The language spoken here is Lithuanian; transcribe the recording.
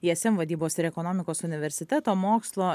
ism vadybos ir ekonomikos universiteto mokslo